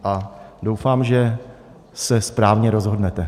A doufám, že se správně rozhodnete.